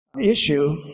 issue